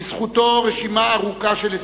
לזכותו רשימה ארוכה של הישגים.